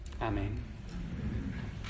Amen